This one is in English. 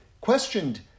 questioned